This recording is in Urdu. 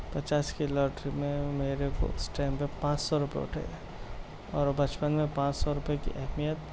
پچاس کی لاٹری میں میرے کو اس ٹائم پہ پانچ سو روپئے اٹھے اور بچپن میں پانچ سو روپئے کی اہمیت